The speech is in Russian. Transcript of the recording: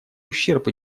ущерб